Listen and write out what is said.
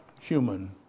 human